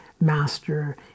master